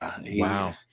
Wow